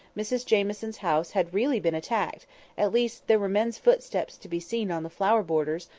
mrs jamieson's house had really been attacked at least there were men's footsteps to be seen on the flower borders,